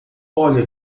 olha